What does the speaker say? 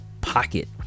pocket